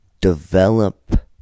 develop